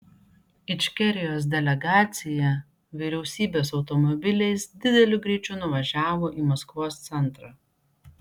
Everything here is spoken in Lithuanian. ičkerijos delegacija vyriausybės automobiliais dideliu greičiu nuvažiavo į maskvos centrą